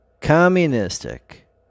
communistic